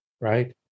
Right